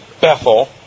Bethel